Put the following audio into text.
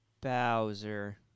Bowser